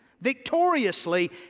Victoriously